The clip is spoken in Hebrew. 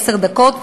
עשר דקות,